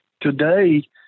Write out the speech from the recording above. Today